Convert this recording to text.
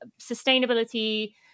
sustainability